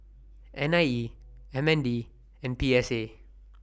N I E M N D and P S A